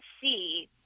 see